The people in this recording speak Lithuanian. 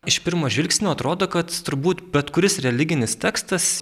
iš pirmo žvilgsnio atrodo kad turbūt bet kuris religinis tekstas